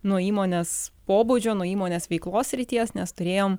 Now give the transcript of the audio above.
nuo įmonės pobūdžio nuo įmonės veiklos srities nes turėjom